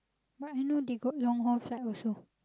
but I know they got long haul flight also